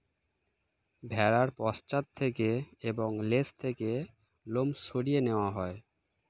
ভেড়ার পশ্চাৎ থেকে এবং লেজ থেকে লোম সরিয়ে নেওয়া হয়